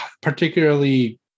particularly